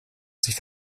sich